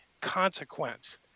consequence